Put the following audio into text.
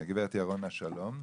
הגברת ירונה שלום.